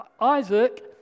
Isaac